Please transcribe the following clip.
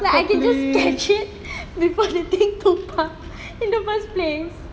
like I can just catch it before the thing tumpah in the first place